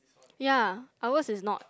ya ours is not